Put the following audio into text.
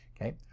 Okay